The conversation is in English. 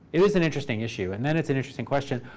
it is an interesting issue. and then it's an interesting question,